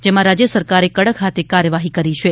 જેમાં રાજ્ય સરકારે કડક હાથે કાર્યવાહી કરેલ છે